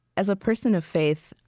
as a person of faith,